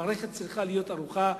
המערכת צריכה להיות ערוכה,